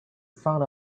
front